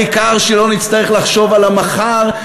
העיקר שלא נצטרך לחשוב על המחר,